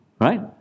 Right